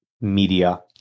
media